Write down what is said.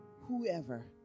whoever